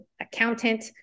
accountant